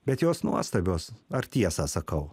bet jos nuostabios ar tiesą sakau